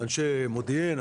אנשי מודיעין,